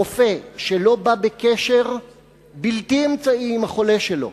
רופא שלא עמד בקשר בלתי אמצעי עם החולה שלו,